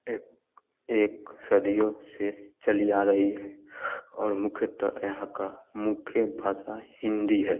एक एक सदियों से चली आ रही है और मुख्यतः यहाँ का मुख्य भाषा हिंदी है